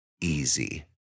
easy